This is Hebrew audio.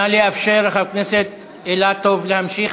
נא לאפשר לחבר הכנסת אילטוב להמשיך.